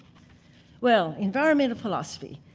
well, environmental philosophy,